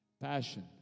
passion